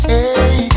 Hey